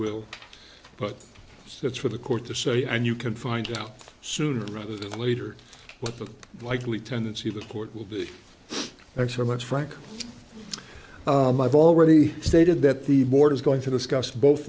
will but that's for the court to say and you can find out sooner rather than later what the likely tendency of the court will be next or much frank i've already stated that the board is going to discuss both